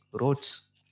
roads